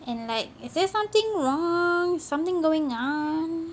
and like is there something wrong something going on